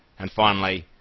and finally,